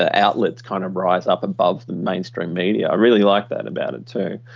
ah outlets kind of rise up above the mainstream media. i really like that about it, too.